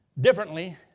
differently